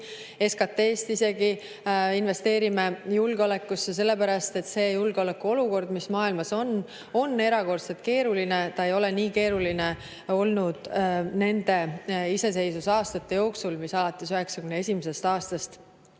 SKT‑st. Me investeerime julgeolekusse sellepärast, et see julgeolekuolukord, mis maailmas on, on erakordselt keeruline, see ei ole nii keeruline olnud iseseisvusaastate jooksul, mis alates 1991. aastast